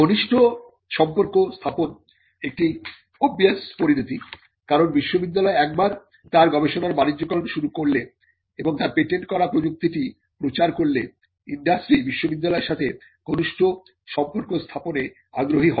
ঘনিষ্ঠ সম্পর্ক স্থাপন একটি অবভিওস পরিণতি কারণ বিশ্ববিদ্যালয় একবার তার গবেষণার বাণিজ্যকরণ শুরু করলে এবং তার পেটেন্ট করা প্রযুক্তিটি প্রচারের করলে ইন্ডাস্ট্রি বিশ্ববিদ্যালয়ের সাথে ঘনিষ্ঠ সম্পর্ক স্থাপনে আগ্রহী হবে